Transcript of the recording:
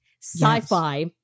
sci-fi